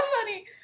funny